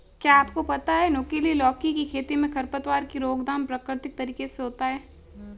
क्या आपको पता है नुकीली लौकी की खेती में खरपतवार की रोकथाम प्रकृतिक तरीके होता है?